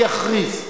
יעבור.